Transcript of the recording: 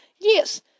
Yes